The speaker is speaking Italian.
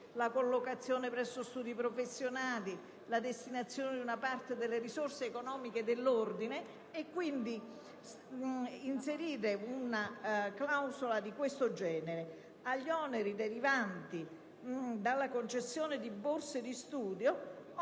loro collocazione presso studi professionali, della destinazione di una parte delle risorse economiche dell'ordine. Vorrei, pertanto, inserire una clausola di questo genere: «Agli oneri derivanti dalla concessione di borse di studio,